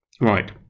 right